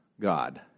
God